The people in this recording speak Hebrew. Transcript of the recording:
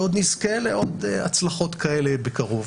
ושנזכה לעוד הצלחות כאלה בקרוב.